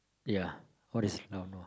ya what is normal